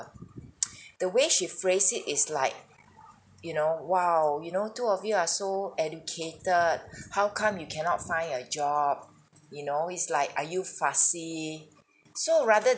the way she phrase is like you know !wow! you know two of you are so educated how come you cannot find a job you know it's like are you fussy so rather